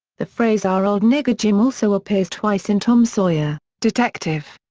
the phrase our old nigger jim also appears twice in tom sawyer, detective.